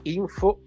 info